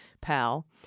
pal